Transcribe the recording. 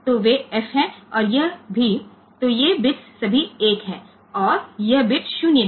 तो वे f हैं और यह भी तो ये बिट्स सभी 1 हैं और यह बिट 0 है